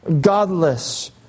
godless